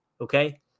okay